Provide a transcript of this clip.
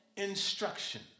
Instruction